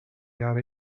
jahre